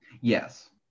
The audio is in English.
yes